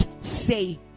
say